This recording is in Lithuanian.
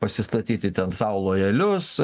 pasistatyti ten sau lojalius